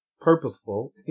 purposeful